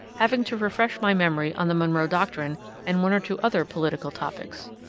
having to refresh my memory on the monroe doctrine and one or two other political topics.